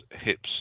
hips